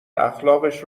اخلاقش